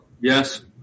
yes